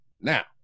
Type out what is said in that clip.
Now